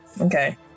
Okay